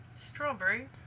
Strawberry